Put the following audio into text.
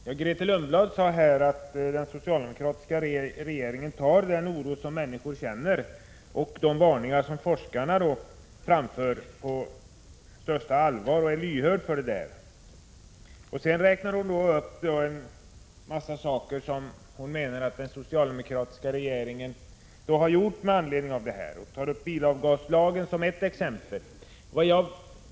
Herr talman! Grethe Lundblad sade att den socialdemokratiska regeringen tar den oro som människor känner och de varningar som forskarna framför på största allvar och är lyhörd. Hon räknade sedan upp en mängd insatser som den socialdemokratiska regeringen har gjort när det gäller miljövården. Bilavgaslagen angavs som ett exempel på vad regeringen har gjort.